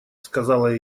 сказала